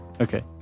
okay